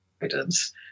evidence